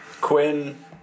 Quinn